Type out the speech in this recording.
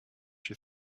you